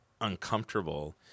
uncomfortable